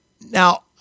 Now